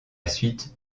suite